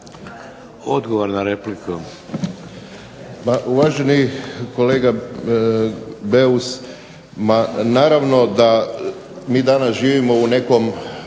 Odgovor na repliku.